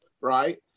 right